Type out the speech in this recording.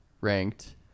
ranked